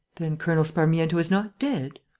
then colonel sparmiento is not dead?